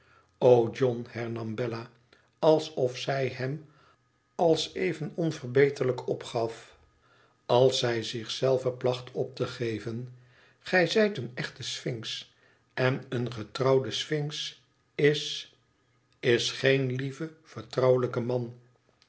o john hernam bella alsof zij hem als even onverbeterlijk opgaf als zij zich zelve placht op te geven gij zijt een echte sfinx en een getrouwde sfinx is is geen lieve vertrouwelijke man